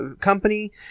company